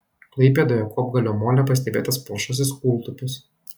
klaipėdoje kopgalio mole pastebėtas palšasis kūltupis